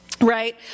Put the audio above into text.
Right